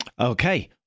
Okay